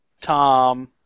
Tom